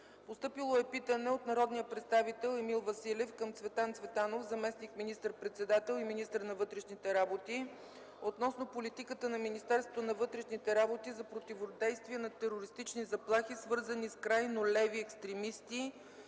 Постъпило е питане от народния представител Емил Василев към Цветан Цветанов, заместник министър-председател и министър на вътрешните работи, относно политиката на Министерството на вътрешните работи за противодействие на терористични заплахи, свързани с крайно леви екстремистки